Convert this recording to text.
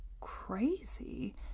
crazy